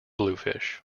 bluefish